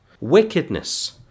Wickedness